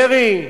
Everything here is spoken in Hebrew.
ירי,